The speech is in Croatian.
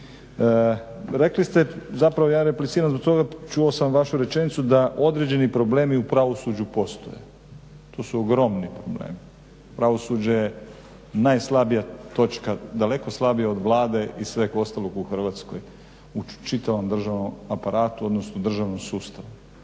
Rekli ste, zapravo ja repliciram zbog toga, čuo sam vašu rečenicu da određeni problemi u pravosuđu postoje. To su ogromni problemi, pravosuđe je najslabija točka, daleko slabija od Vlade i svega ostalog u Hrvatskoj, u čitavom državnom aparatu, odnosno državnom sustavu.